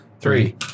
Three